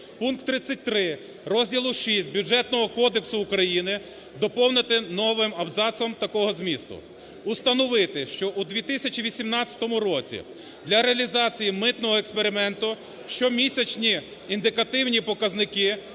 Пункт 33 розділу VI Бюджетного кодексу України доповнити новим абзацом такого змісту: "Установити, що у 2018 році для реалізації митного експерименту щомісячні індикативні показники